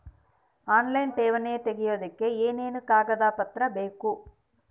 Online ಠೇವಣಿ ತೆಗಿಯೋದಕ್ಕೆ ಏನೇನು ಕಾಗದಪತ್ರ ಬೇಕು?